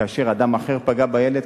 כאשר אדם אחר פגע בילד,